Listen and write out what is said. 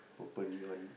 purple neon